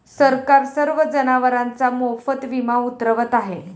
सरकार सर्व जनावरांचा मोफत विमा उतरवत आहे